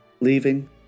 leaving